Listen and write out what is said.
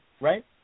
right